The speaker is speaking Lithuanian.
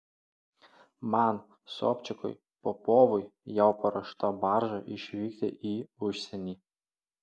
man sobčiakui popovui jau paruošta barža išvykti į užsienį